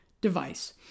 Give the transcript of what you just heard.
device